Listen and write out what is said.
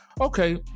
Okay